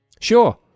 Sure